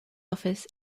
office